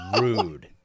rude